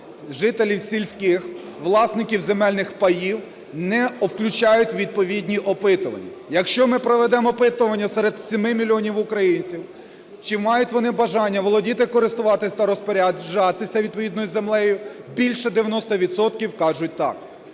жителів сільських, власників земельних паїв не включають у відповідні опитування. Якщо ми проведемо опитування серед 7 мільйонів українців, чи мають вони бажання володіти, користуватись та розпоряджатися відповідною землею, більше 90 відсотків